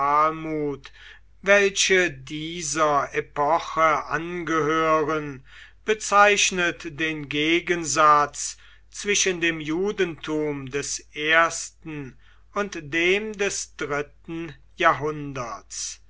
welche dieser epoche angehören bezeichnet den gegensatz zwischen dem judentum des ersten und dem des dritten jahrhunderts